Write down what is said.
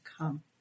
come